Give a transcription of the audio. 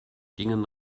gingen